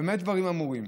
במה דברים אמורים?